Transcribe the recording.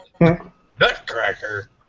Nutcracker